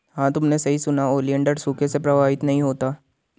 हां तुमने सही सुना, ओलिएंडर सूखे से प्रभावित नहीं होता